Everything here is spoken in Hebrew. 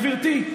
גברתי,